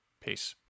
Peace